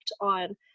on